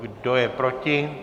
Kdo je proti?